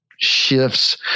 shifts